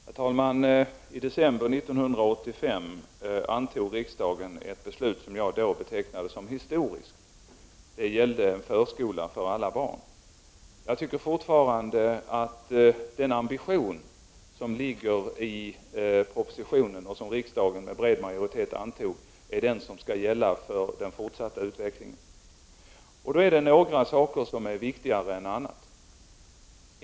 Herr talman! I december 1985 antog riksdagen ett beslut som jag då betecknade som historiskt. Det gällde en förskola för alla barn. Jag tycker fortfarande att den ambition som propositionen uttryckte, och som riksdagen med bred majoritet antog, är den som skall gälla för den fortsatta utvecklingen. Då är det några saker som är viktigare än andra.